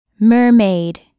mermaid